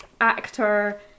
actor